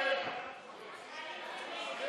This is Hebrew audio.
להעביר לוועדה את הצעת חוק הצעת חוק התקשורת